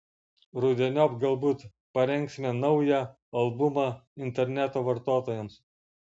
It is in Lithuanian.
rudeniop galbūt parengsime naują albumą interneto vartotojams